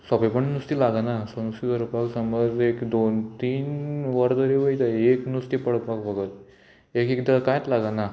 सोंपेपणी नुस्तें लागना नुस्तें धरपाक समज एक दोन तीन वरां तरी वयता एक नुस्तें पडपाक फकत एकएकदां कांयच लागना